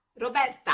Roberta